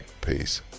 Peace